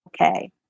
okay